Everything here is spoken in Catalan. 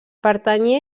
pertanyia